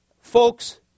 Folks